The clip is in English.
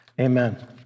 Amen